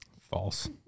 False